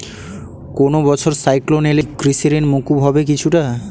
কোনো বছর সাইক্লোন এলে কি কৃষি ঋণ মকুব হবে কিছুটা?